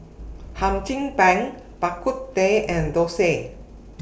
Hum Chim Peng Bak Kut Teh and Thosai